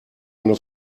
eine